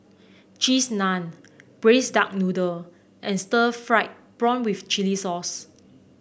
Cheese Naan Braised Duck Noodle and Stir Fried Prawn with Chili Sauce